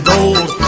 Gold